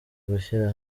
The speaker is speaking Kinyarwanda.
gushyira